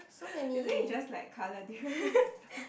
isn't it just like colour differences